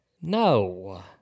No